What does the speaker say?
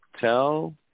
Tell